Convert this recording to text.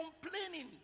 complaining